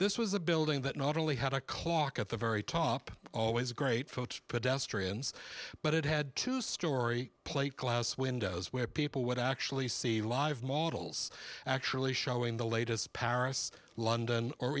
this was a building that not only had a clock at the very top always a great photo pedestrians but it had two story plate glass windows where people would actually see a lot of models actually showing the latest paris london or